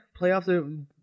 Playoffs